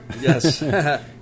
Yes